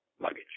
luggage